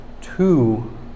two